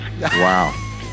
Wow